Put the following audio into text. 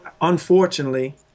unfortunately